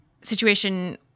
situation-